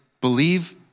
believe